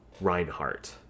Reinhardt